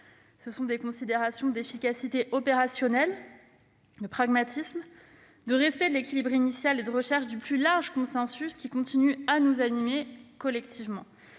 Ce sont des considérations d'efficacité opérationnelle, de pragmatisme, de respect de l'équilibre initial et de recherche du plus large consensus qui continuent à nous animer collectivement.